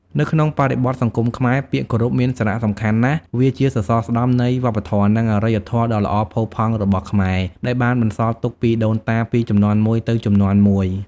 នៅក្នុងបរិបទសង្គមខ្មែរ ពាក្យគោរពមានសារៈសំខាន់ណាស់ វាជាសសរស្តម្ភនៃវប្បធម៌ និងអរិយធម៌ដ៏ល្អផូរផង់របស់ខ្មែរ ដែលបានបន្សល់ទុកពីដូនតាពីជំនាន់មួយទៅជំនាន់មួយ។